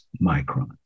microns